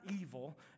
evil